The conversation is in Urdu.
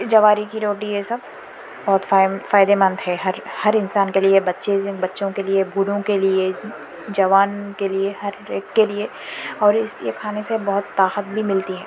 جواری کی روٹی یہ سب بہت فا فائدہ مند ہے ہر ہر انسان کے لیے بچے بچوں کے لیے بوڑھوں کے لیے جوان کے لیے ہر ایک کے لیے اور اس یہ کھانے سے بہت طاقت بھی ملتی ہے